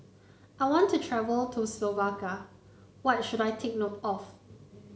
I want to travel to Slovakia what should I take note of